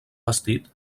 vestit